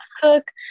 cook